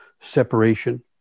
Separation